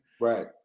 Right